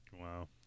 Wow